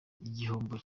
igihombo